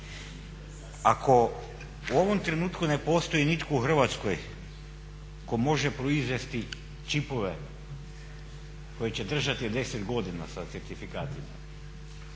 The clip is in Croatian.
Ako u ovom trenutku ne postoji nitko u Hrvatskoj tko može proizvesti čipove koje će držati 10 godina sa certifikatima